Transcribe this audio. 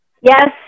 Yes